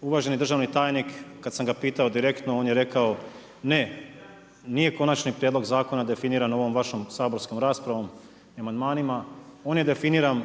uvaženi državni tajnik kad sam ga pitao direktno on je rekao ne, nije konačni prijedlog zakona definiran ovom vašom saborskom raspravom i amandmanima. On je definiran